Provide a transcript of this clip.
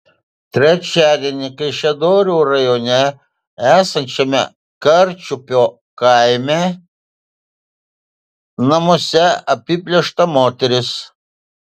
trečiadienį kaišiadorių rajone esančiame karčiupio kaime namuose apiplėšta moteris